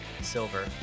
Silver